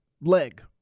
leg